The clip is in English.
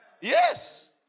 Yes